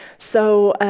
so